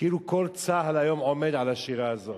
כאילו כל צה"ל היום עומד על השירה הזאת.